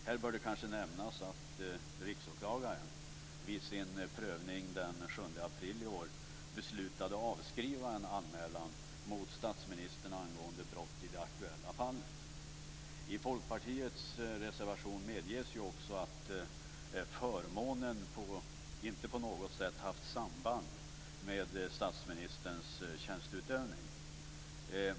Här bör kanske nämnas att Riksåklagaren vid sin prövning den 7 april i år beslutade avskriva en anmälan mot statsministern angående brott i det aktuella fallet. I Folkpartiets reservation medges också att förmånen inte på något sätt haft samband med statsministerns tjänsteutövning.